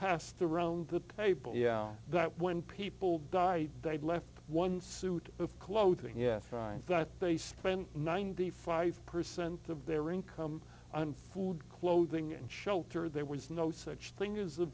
passed around the table yeah that when people died they'd left one suit of clothing if that they spent ninety five percent of their income on food clothing and shelter there was no such thing as